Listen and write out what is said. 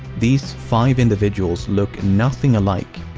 these five individuals look nothing alike,